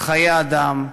חיי אדם,